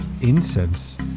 incense